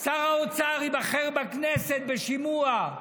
שר האוצר ייבחר בכנסת בשימוע.